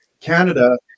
Canada